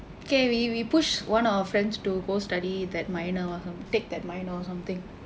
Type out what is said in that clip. okay we we push one of our friends to go study that minor or something take that minor or something